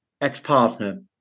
ex-partner